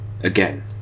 Again